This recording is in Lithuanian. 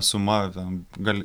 suma ten gal